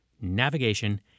navigation